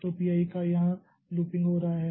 तो P i का यहाँ लूपिंग हो रहा है